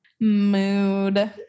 mood